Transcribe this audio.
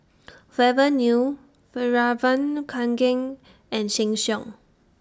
Forever New Fjallraven Kanken and Sheng Siong